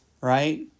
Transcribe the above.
right